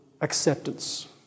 acceptance